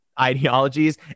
ideologies